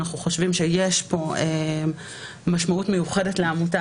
אנחנו חושבים שיש פה משמעות מיוחדת לעמותה